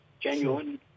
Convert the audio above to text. genuine